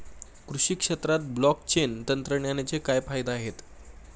कृषी क्षेत्रात ब्लॉकचेन तंत्रज्ञानाचे काय फायदे आहेत?